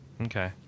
Okay